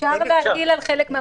אפשר להטיל על חלק מהם.